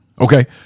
Okay